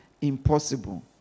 impossible